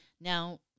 Now